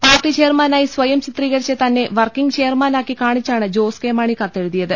party ചെയർമാനായി സ്വയം ചിത്രീകരിച്ച് തന്നെ വർക്കിംഗ് ചെയർമാനാക്കി കാണിച്ചാണ് ജോസ് കെ മാണി കത്തെഴുതിയ ത്